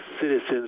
citizens